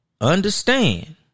understand